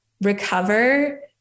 recover